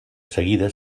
seguida